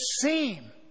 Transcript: seem